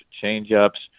change-ups